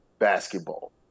basketball